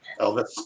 Elvis